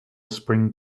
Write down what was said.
spring